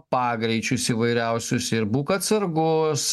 pagreičius įvairiausius ir būk atsargus